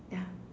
yeah